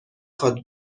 خواد